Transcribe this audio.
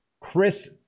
Chris